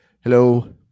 Hello